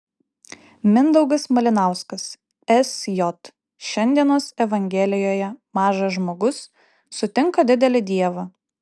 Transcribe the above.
mindaugas malinauskas sj šiandienos evangelijoje mažas žmogus sutinka didelį dievą